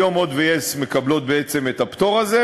היום "הוט" ו-yes מקבלות בעצם את הפטור הזה,